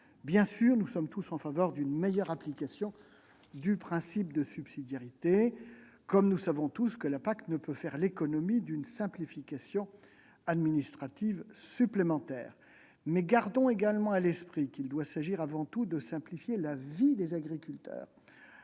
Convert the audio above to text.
Bien sûr, nous sommes tous en faveur d'une meilleure application du principe de subsidiarité, et nous savons tous que la PAC ne peut faire l'économie d'une simplification administrative supplémentaire. Toutefois, gardons à l'esprit qu'il doit s'agir avant tout de simplifier la vie des agriculteurs